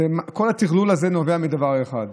כל הטרלול הזה נובע מדבר אחד: